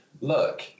look